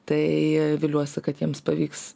tai viliuosi kad jiems pavyks